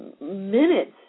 minutes